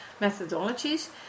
methodologies